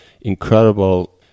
incredible